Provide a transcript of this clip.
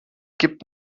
gibt